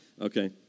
Okay